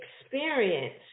experience